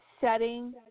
setting